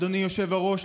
אדוני היושב-ראש,